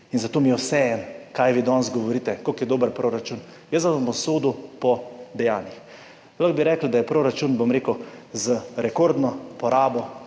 In zato mi je vseeno, kaj vi danes govorite, kako je dober proračun. Jaz vas bom sodil po dejanjih. Lahko bi rekli, da je proračun z rekordno porabo